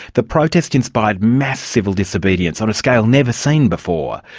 the protest inspired mass civil disobedience on a scale never seen before.